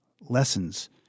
lessons